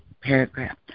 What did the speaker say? paragraph